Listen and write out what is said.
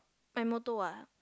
my motto ah